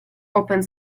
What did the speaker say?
open